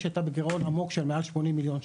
הייתה בגירעון עמוק של מעל 80 מיליון שקלים.